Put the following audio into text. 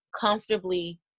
comfortably